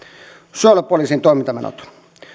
suojelupoliisin toimintamenot